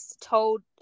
told